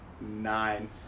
Nine